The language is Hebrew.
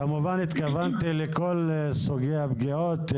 כמובן התכוונתי לכל סוגי הפגיעות,